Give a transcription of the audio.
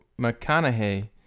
McConaughey